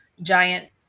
giant